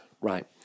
Right